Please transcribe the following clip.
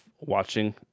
watching